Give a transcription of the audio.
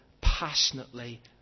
passionately